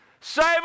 Save